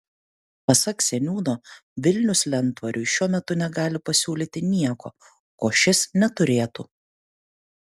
pasak seniūno vilnius lentvariui šiuo metu negali pasiūlyti nieko ko šis neturėtų